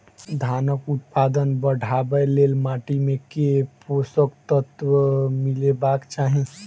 धानक उत्पादन बढ़ाबै लेल माटि मे केँ पोसक तत्व मिलेबाक चाहि?